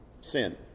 sin